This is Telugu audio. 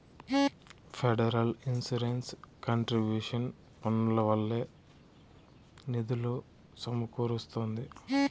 ఫెడరల్ ఇన్సూరెన్స్ కంట్రిబ్యూషన్ పన్నుల వల్లే నిధులు సమకూరస్తాంది